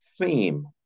theme